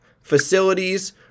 facilities